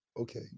Okay